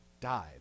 died